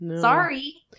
Sorry